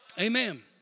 Amen